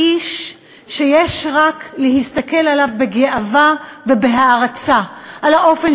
האיש שיש רק להסתכל עליו בגאווה ובהערצה בגלל האופן